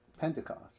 Pentecost